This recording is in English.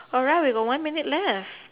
alright we got one minute left